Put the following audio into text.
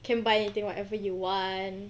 can buy everything whatever you want